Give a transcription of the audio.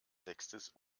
textes